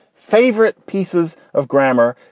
favorite pieces of grammar.